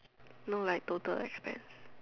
no like total as spent